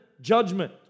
Judgment